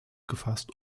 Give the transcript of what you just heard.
gefasst